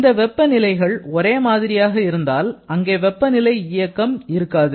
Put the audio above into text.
இந்த வெப்ப நிலைகள் ஒரே மாதிரியாக இருந்தால் அங்கே வெப்பநிலை இயக்கம் இருக்காது